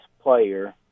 player